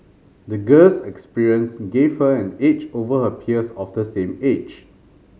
the girl's experience gave her an edge over her peers of the same age